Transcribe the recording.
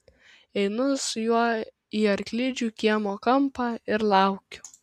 einu su juo į arklidžių kiemo kampą ir laukiu